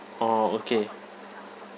orh okay